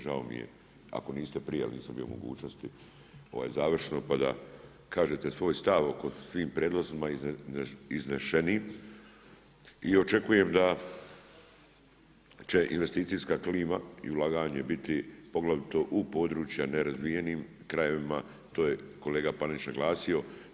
Žao mi je ako niste prije jel nisam bio u mogućnosti završno pa da kažete svoj stav o svim prijedlozima iznešenim i očekujem da će investicijska klima i ulaganje biti poglavito u područjima nerazvijenih krajeva, to je kolega Panenić naglasio.